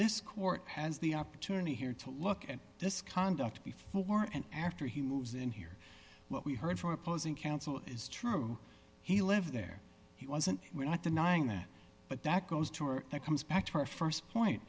this court has the opportunity here to look at this conduct before and after he moves in here what we heard from opposing counsel is true he lived there he wasn't we're not denying that but that goes to or comes back to our st point